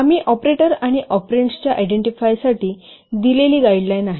आम्ही ऑपरेटर आणि ऑपरेंड्सच्या आयडेंटिफायसाठी दिलेली गाईडलाईन आहेत